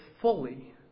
fully